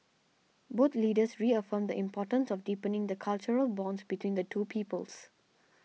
both Leaders reaffirmed the importance of deepening the cultural bonds between the two peoples